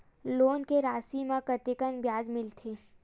Loan के राशि मा कतका ब्याज मिलथे?